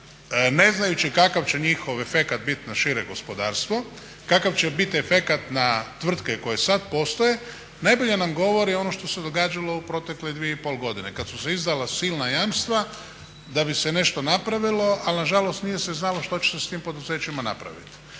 ne znajući kakav će njihov efekat biti na šire gospodarstvo, kakav će biti efekat na tvrtke koje sada postoje najbolje nam govori ono što se događalo u protekle 2,5 godine kada su se izdala silna jamstva da bi se nešto napravilo, ali nažalost nije se znalo što će se s tim poduzećima napraviti.